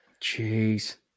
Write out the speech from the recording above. Jeez